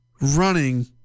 running